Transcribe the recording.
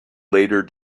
later